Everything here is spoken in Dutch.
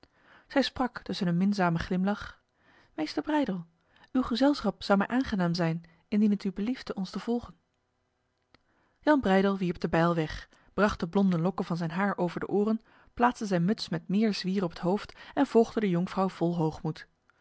zij sprak tussen een minzame glimlach meester breydel uw gezelschap zou mij aangenaam zijn indien het u beliefde ons te volgen jan breydel wierp de bijl weg bracht de blonde lokken van zijn haar over de oren plaatste zijn muts met meer zwier op het hoofd en volgde de jonkvrouw vol